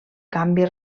canvi